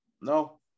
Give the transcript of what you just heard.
No